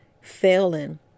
failing